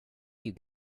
you